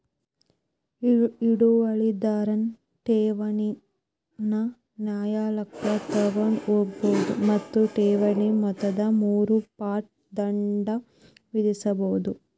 ಹಿಡುವಳಿದಾರನ್ ಠೇವಣಿನ ನ್ಯಾಯಾಲಯಕ್ಕ ತಗೊಂಡ್ ಹೋಗ್ಬೋದು ಮತ್ತ ಠೇವಣಿ ಮೊತ್ತದ ಮೂರು ಪಟ್ ದಂಡ ವಿಧಿಸ್ಬಹುದು